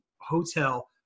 hotel